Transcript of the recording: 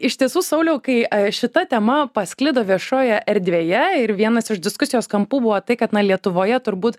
iš tiesų sauliau kai šita tema pasklido viešoje erdvėje ir vienas iš diskusijos kampų buvo tai kad lietuvoje turbūt